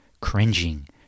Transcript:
Cringing